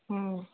हूं